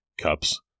cups